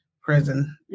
prison